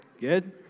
Good